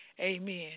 Amen